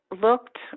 looked